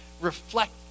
reflect